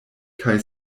kaj